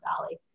Valley